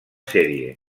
sèrie